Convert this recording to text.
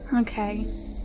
Okay